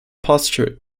posture